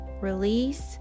release